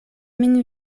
min